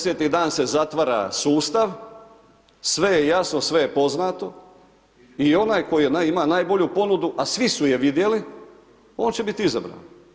10 dan se zatvara sustav, sve je jasno, sve je poznato i onaj koji ima najbolju ponudu, a svi su je vidjeli, on će biti izabran.